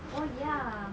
oh ya